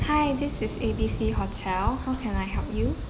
hi this is A B C hotel how can I help you